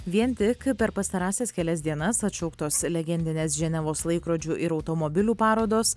vien tik per pastarąsias kelias dienas atšauktos legendinės ženevos laikrodžių ir automobilių parodos